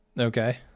Okay